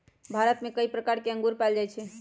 भारत में कई प्रकार के अंगूर पाएल जाई छई